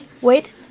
wait